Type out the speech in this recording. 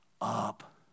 up